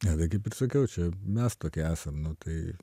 ne tai kaip ir sakiau čia mes tokie esam nu tai